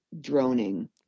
droning